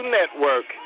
Network